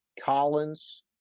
Collins